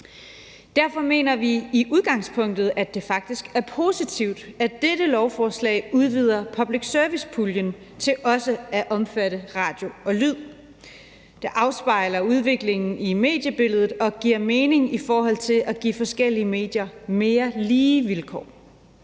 Derfor mener vi i udgangspunktet, at det faktisk er positivt, at dette lovforslag udvider public service-puljen til også at omfatte radio og lyd. Det afspejler udviklingen i mediebilledet og giver mening i forhold til at give forskellige medier mere lige vilkår.